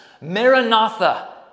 Maranatha